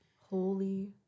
Holy